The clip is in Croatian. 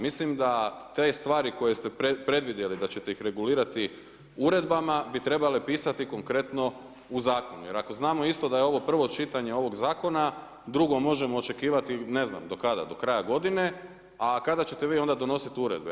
Mislim da te stvari koje ste predvidjeli da ćete ih regulirati uredbama bi trebale pisati konkretno u zakonu, jer ako znamo isto da je ovo prvo čitanje ovog Zakona, drugo možemo očekivati, ne znam do kada, do kraja godine, a kada ćete vi onda donositi uredbe?